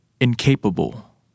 incapable